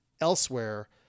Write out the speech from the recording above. elsewhere